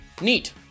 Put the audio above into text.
Neat